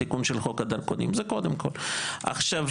אבל יש 2 צורות להתייחס לתיקון הזה: אחת,